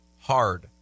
hard